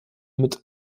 mit